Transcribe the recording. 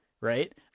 right